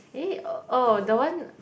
eh oh the one